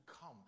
come